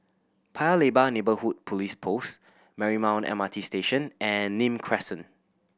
Paya Lebar Neighbourhood Police Post Marymount M R T Station and Nim Crescent